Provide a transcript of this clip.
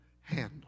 handle